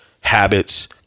Habits